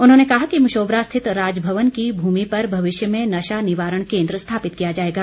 उन्होंने कहा कि मशोबरा स्थित राजभवन की भूमि पर भविष्य में नशा निवारण केंद्र स्थापित किया जाएगा